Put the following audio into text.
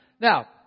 Now